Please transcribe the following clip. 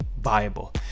viable